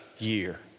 Year